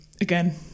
Again